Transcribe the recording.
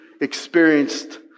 experienced